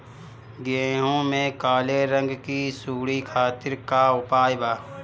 गेहूँ में काले रंग की सूड़ी खातिर का उपाय बा?